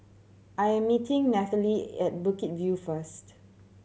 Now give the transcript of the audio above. I am meeting Nathalie at Bukit View first